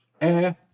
air